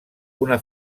una